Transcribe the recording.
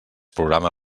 programa